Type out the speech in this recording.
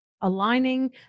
aligning